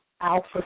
alpha